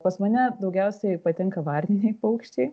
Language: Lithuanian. kas mane daugiausiai patenka varniniai paukščiai